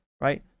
right